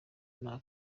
nta